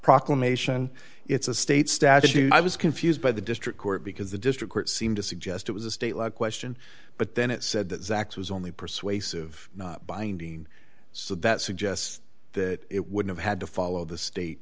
proclamation it's a state statute i was confused by the district court because the district court seemed to suggest it was a state law question but then it said that zax was only persuasive not binding so that suggests that it would have had to follow the state